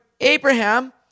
Abraham